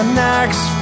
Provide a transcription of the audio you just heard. next